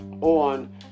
on